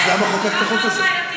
אז למה חוקקת את החוק הזה?